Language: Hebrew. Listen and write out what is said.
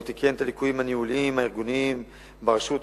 הוא תיקן את הליקויים הניהוליים הארגוניים ברשות,